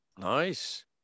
Nice